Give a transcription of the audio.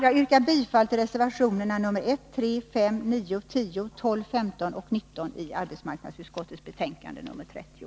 Jag yrkar bifall till reservationerna nr 1,3,5,9, 10, 12, 15 och 19 i arbetsmarknadsutskottets betänkande nr 30.